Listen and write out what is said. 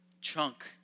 chunk